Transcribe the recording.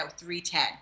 3.10